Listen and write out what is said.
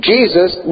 Jesus